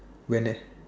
when there's